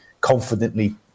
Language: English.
confidently